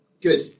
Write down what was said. good